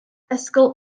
ysgol